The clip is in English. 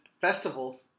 festival